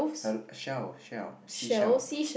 shell shell seashell